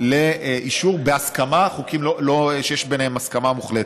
לאישור בהסכמה, חוקים שיש עליהם הסכמה מוחלטת.